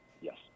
Yes